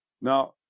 Now